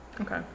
Okay